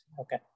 Okay